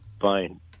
Fine